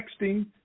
texting